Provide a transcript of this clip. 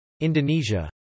Indonesia